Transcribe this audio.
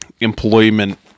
employment